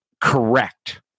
correct